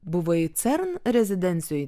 buvai cern rezidencijoj